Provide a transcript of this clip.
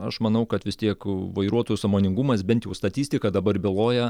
aš manau kad vis tiek vairuotojų sąmoningumas bent jau statistika dabar byloja